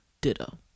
Ditto